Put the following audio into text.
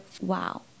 wow